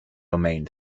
domain